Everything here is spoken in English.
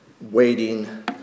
Waiting